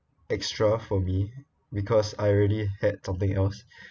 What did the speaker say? extra for me because I already had something else